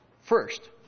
First